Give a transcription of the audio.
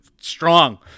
strong